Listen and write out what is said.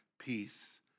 peace